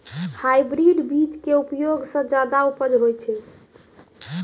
hybrid बीज के उपयोग सॅ ज्यादा उपज होय छै